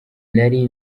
nari